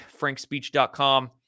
frankspeech.com